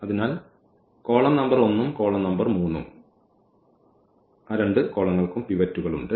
അതിനാൽ ഈ column number 1 ഉം കോളം നമ്പർ 3 ഉം അവക്ക് പിവറ്റുകൾ ഉണ്ട്